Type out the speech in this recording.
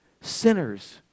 Sinners